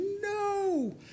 no